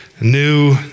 new